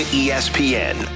espn